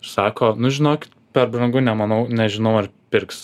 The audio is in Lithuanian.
sako nu žinokit per brangu nemanau nežinau ar pirks